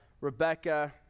Rebecca